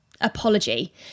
Apology